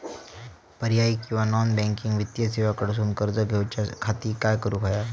पर्यायी किंवा non banking वित्तीय सेवा कडसून कर्ज घेऊच्या खाती काय करुक होया?